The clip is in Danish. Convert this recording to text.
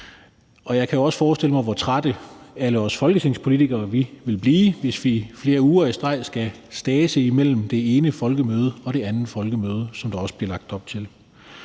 Jeg kan også forestille mig, hvor trætte alle vi folketingspolitikere vil blive, hvis vi flere uger i streg skal stæse imellem det ene folkemøde og det andet folkemøde, som der også bliver lagt op til.